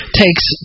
takes